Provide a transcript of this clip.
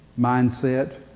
mindset